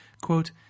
Quote